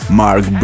mark